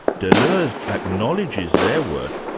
deleuze acknowledges their work,